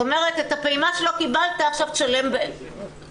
זאת אומרת, את הפעימה שלא קיבלת, עכשיו תשלם כפול.